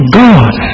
god